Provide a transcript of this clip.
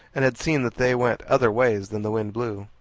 and had seen that they went other ways than the wind blew.